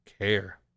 care